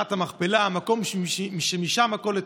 למערכת המכפלה, למקום שממנו הכול התחיל.